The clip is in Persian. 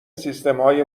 سیستمهای